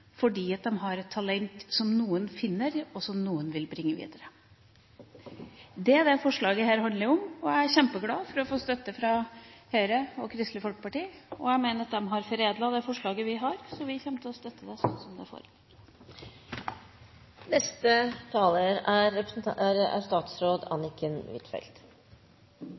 har et talent som noen finner, og som noen vil bringe videre. Det er det dette forslaget handler om. Jeg er kjempeglad for å få støtte fra Høyre og Kristelig Folkeparti. Jeg mener at de har foredlet det forslaget vi har, så vi kommer til å støtte det slik som det